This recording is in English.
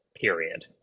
period